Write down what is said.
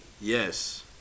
Yes